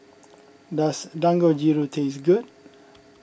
does Dangojiru taste good